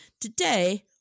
Today